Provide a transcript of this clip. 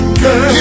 girl